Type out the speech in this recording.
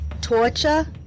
torture